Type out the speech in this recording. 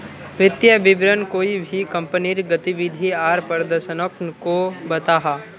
वित्तिय विवरण कोए भी कंपनीर गतिविधि आर प्रदर्शनोक को बताहा